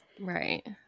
Right